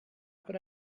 could